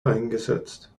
eingesetzt